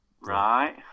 Right